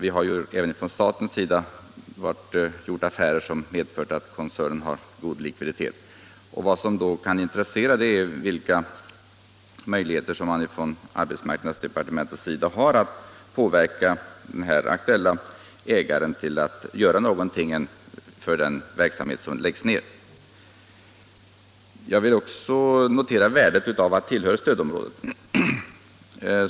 Även staten har ju gjort affärer som medfört att koncernen har god likviditet. Och vad som då kan intressera är vilka möjligheter man har i arbetsmarknadsdepartementet för att påverka ägaren att göra något för den verksamhet som läggs ned. Sedan noterar jag värdet av att tillhöra stödområdet.